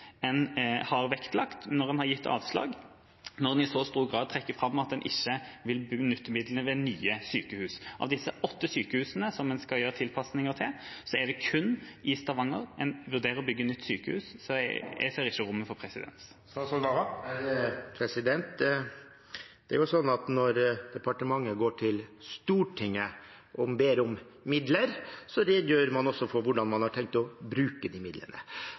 en har vektlagt når en har gitt avslag, når en i så stor grad trekker fram at en ikke vil benytte midlene ved nye sykehus? Av disse åtte sykehusene som en skal gjøre tilpasninger til, er det kun i Stavanger en vurderer å bygge nytt sykehus, så jeg ser ikke rommet for presedens. Når departementet går til Stortinget og ber om midler, redegjør man også for hvordan man har tenkt å bruke de midlene.